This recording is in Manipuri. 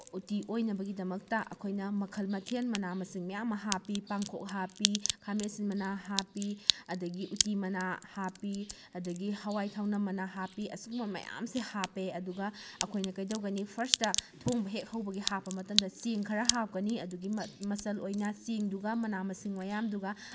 ꯎꯇꯤ ꯑꯣꯏꯅꯕꯒꯤꯗꯃꯛꯇ ꯑꯩꯈꯣꯏꯅ ꯃꯈꯜ ꯃꯊꯦꯜ ꯃꯅꯥ ꯃꯁꯤꯡ ꯃꯌꯥꯝ ꯑꯃ ꯍꯥꯞꯄꯤ ꯄꯥꯡꯈꯣꯛ ꯍꯥꯞꯄꯤ ꯈꯥꯃꯦꯟ ꯑꯁꯤꯟ ꯃꯅꯥ ꯍꯥꯞꯄꯤ ꯑꯗꯒꯤ ꯎꯇꯤ ꯃꯅꯥ ꯍꯥꯞꯄꯤ ꯑꯗꯒꯤ ꯍꯋꯥꯏ ꯊꯧꯅꯝ ꯃꯅꯥ ꯍꯥꯞꯄꯤ ꯑꯁꯨꯝꯕ ꯃꯌꯥꯝꯁꯦ ꯍꯥꯞꯄꯦ ꯑꯗꯨꯒ ꯑꯩꯈꯣꯏꯅ ꯀꯩꯗꯧꯒꯅꯤ ꯐꯥꯔꯁꯇ ꯊꯣꯡꯕ ꯍꯦꯛ ꯍꯧꯕꯒꯤ ꯍꯥꯞꯄ ꯃꯇꯝꯗ ꯆꯦꯡ ꯈꯔ ꯍꯥꯞꯀꯅꯤ ꯑꯗꯨꯒꯤ ꯃꯆꯜ ꯑꯣꯏꯅ ꯆꯦꯡꯗꯨꯒ ꯃꯅꯥ ꯃꯁꯤꯡ ꯃꯌꯥꯝꯗꯨꯒ